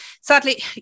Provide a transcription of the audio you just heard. sadly